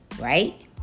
right